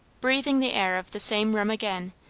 breathing the air of the same room again,